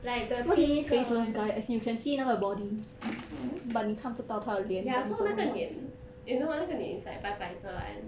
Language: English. like the 第一个 [one] ya so 那个脸 you know 那个脸 is like 白白色 [one]